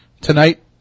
tonight